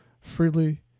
freely